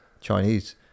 Chinese